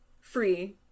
Free